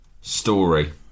story